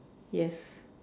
yes